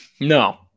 No